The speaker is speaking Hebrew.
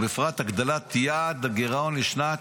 ובפרט הגדלת יעד הגירעון לשנת